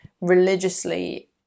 religiously